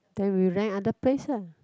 then we rent other place ah